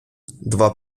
два